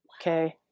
Okay